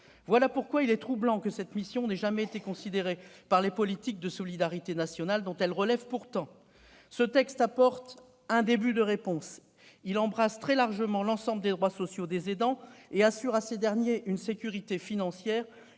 C'est pourquoi il est troublant que cette mission n'ait jamais été prise en compte par les politiques de solidarité nationale, dont elle relève pourtant. Ce texte apporte un début de réponse. Il embrasse très largement l'ensemble des droits sociaux des aidants et vise à assurer à ces derniers une sécurité financière